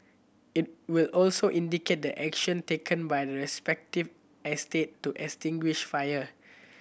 it will also indicate the action taken by respective estate to extinguish fire